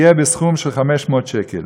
יהיה בסך 500 שקל.